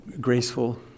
graceful